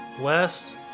West